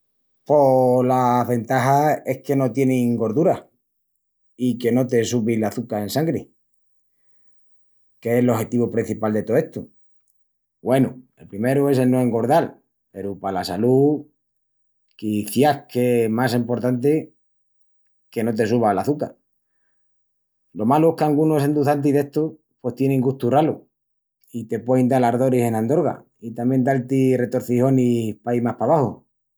Pos las ventajas es que no tienin gorduras i que no te subi l'açuca en sangri, qu'es l'ojetivu prencipal de tó estu, güenu, el primeru es el no engordal, peru pala salú quiciás que más importanti que no te suba l'açuca. Lo malu es qu'angunus enduçantis d'estus pos tienin gustu ralu i te puein dal ardoris ena andorga i tamién dal-ti retorcijonis paí más pabaxu...